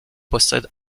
possède